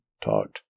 talked